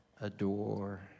adore